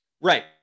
right